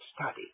Study